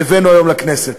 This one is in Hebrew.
הבאנו היום לכנסת.